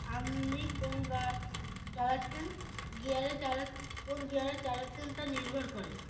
আপনি কোন গা চালাচ্ছেন গিয়ারে চালা কোন গিয়ারে চালাচ্ছেন তা নির্ভর করে